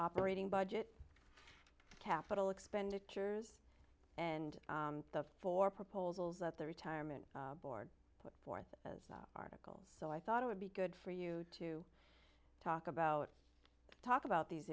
operating budget capital expenditures and the four proposals that the retirement board put forth articles so i thought it would be good for you to talk about talk about these